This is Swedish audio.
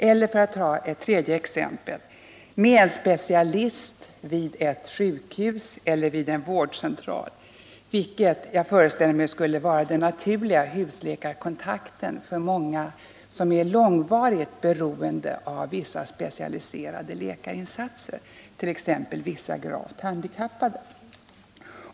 Eller — för att ta ett tredje exempel — med en specialist vid ett sjukhus eller en vårdcentral, vilken jag föreställer mig skulle vara den naturliga husläkarkontakten för många som är långvarigt beroende av vissa specialiserade läkarinsatser, t.ex. vissa gravt handikappade.